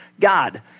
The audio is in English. God